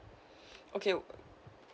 okay